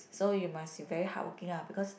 so you must be very hardworking uh because